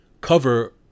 cover